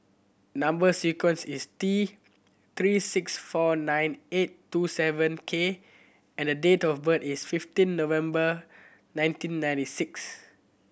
number sequence is T Three six four nine eight two seven K and date of birth is fifteen November nineteen ninety six